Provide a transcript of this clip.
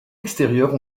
extérieures